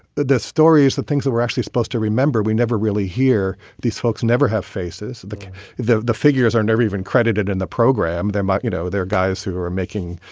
this story is the things that we're actually supposed to remember. we never really hear these folks never have faces. the the figures are never even credited in the program there. but, you know, there are guys who are making,